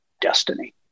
destiny